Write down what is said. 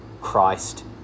Christ